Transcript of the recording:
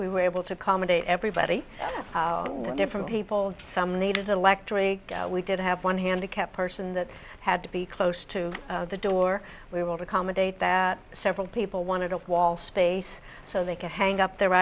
we were able to accommodate everybody different people some needed electorally we did have one handicapped person that had to be close to the door we will become a date that several people wanted of wall space so they can hang up their